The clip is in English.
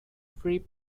free